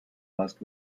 last